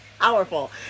powerful